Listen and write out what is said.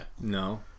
No